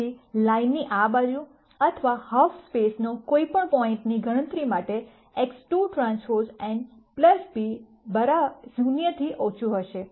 તેથી લાઈનની આ બાજુ અથવા હાલ્ફ સ્પેસનો કોઈપણ પોઇન્ટ ની ગણતરી માટે X2 T n b 0 થી ઓછું હશે